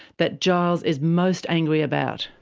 that giles is most angry about.